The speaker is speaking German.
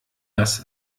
das